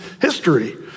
history